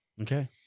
Okay